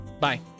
bye